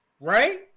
Right